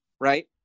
right